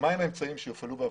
מה הם האמצעים שיופעלו בהפגנה,